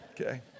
Okay